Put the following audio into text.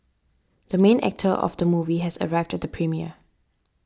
the main actor of the movie has arrived at the premiere